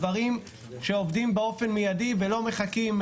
אלו דברים שעובדים באופן מיידי ולא מחכים,